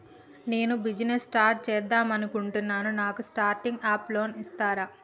నేను business start చేద్దామనుకుంటున్నాను నాకు స్టార్టింగ్ అప్ లోన్ ఇస్తారా?